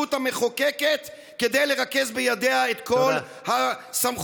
המחוקקת כדי לרכז בידיה את כל הסמכויות.